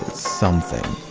something.